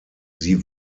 sie